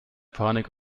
panik